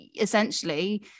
essentially